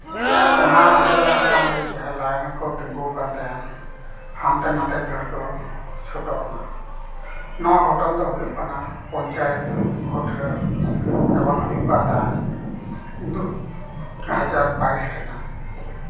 ᱚᱱᱟ ᱟᱸᱡᱚᱢ ᱮᱱ ᱠᱷᱟᱱ ᱜᱮ ᱚᱱᱟ ᱞᱟᱭᱤᱱ ᱨᱮᱠᱚ ᱛᱤᱸᱜᱩ ᱠᱟᱱ ᱛᱟᱦᱮᱱ ᱦᱟᱱᱛᱮ ᱱᱟᱛᱮ ᱫᱟᱹᱲ ᱠᱚ ᱪᱷᱩᱴᱟᱹᱣᱮᱱᱟ ᱱᱚᱣᱟ ᱜᱷᱚᱴᱚᱱ ᱫᱚ ᱦᱩᱭᱩᱜ ᱠᱟᱱᱟ ᱯᱚᱧᱪᱟᱭᱮᱛ ᱵᱷᱳᱴ ᱡᱚᱠᱷᱚᱱ ᱦᱩᱭᱩᱜ ᱠᱟᱱ ᱛᱟᱦᱮᱱ ᱫᱩᱦᱟᱡᱟᱨ ᱵᱟᱭᱤᱥ ᱨᱮᱱᱟᱜ